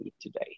today